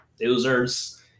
losers